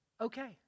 okay